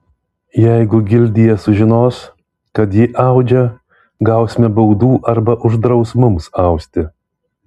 jeigu gildija sužinos kad ji audžia gausime baudų arba uždraus mums austi